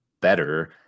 better